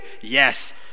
Yes